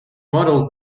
models